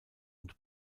und